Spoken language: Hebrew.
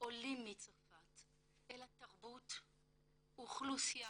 עולים מצרפת אלא תרבות, אוכלוסייה,